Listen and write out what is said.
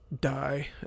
die